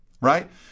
right